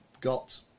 Got